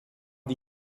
die